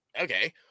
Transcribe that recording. okay